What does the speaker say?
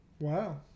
Wow